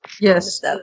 Yes